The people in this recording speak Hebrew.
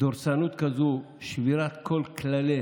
דורסנות כזו, שבירת כל כללי